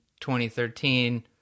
2013